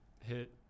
hit